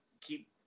keep